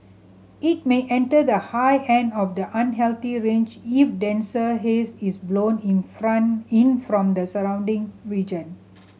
it may enter the high end of the unhealthy range if denser haze is blown in in from the surrounding region